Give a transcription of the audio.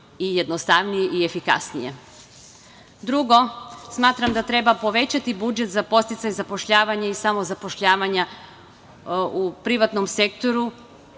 i jednostavnije i efikasnije. Drugo, smatram da treba povećati budžet za podsticaj zapošljavanja i samozapošljavanja u privatnom sektoru,